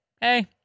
Hey